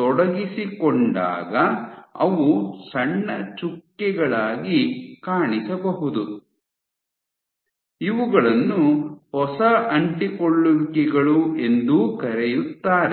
ತೊಡಗಿಸಿಕೊಂಡಾಗ ಅವು ಸಣ್ಣ ಚುಕ್ಕೆಗಳಾಗಿ ಕಾಣಿಸಬಹುದು ಇವುಗಳನ್ನು ಹೊಸ ಅಂಟಿಕೊಳ್ಳುವಿಕೆಗಳು ಎಂದೂ ಕರೆಯುತ್ತಾರೆ